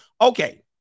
Okay